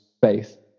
faith